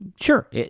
Sure